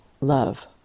Love